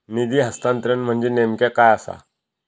निधी हस्तांतरण म्हणजे नेमक्या काय आसा?